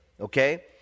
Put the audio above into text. Okay